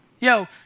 Yo